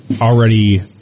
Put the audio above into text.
already